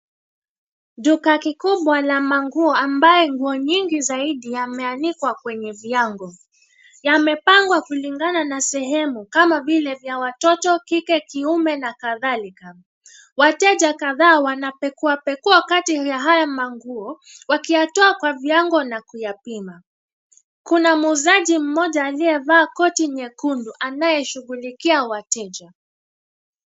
Duka kikubwa la manguo ambayo nguo nyingi zaidi vimeanikwa kwa viango. Yamepangwa kulingana na sehemu kama vile vya watoto, kike, kiume na kadhalika. Wateja kadhaa wanapekuka pekua kati vya haya manguo wakiyatoa kwa viango na kuyapima. Kuna muuzaji mmoja aliyevaa koti nyekundu anayeshughulikia wateja.